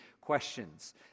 questions